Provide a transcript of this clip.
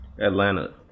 Atlanta